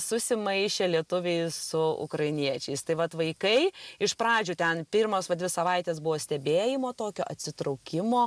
susimaišę lietuviai su ukrainiečiais tai vat vaikai iš pradžių ten pirmos va dvi savaitės buvo stebėjimo tokio atsitraukimo